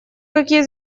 какие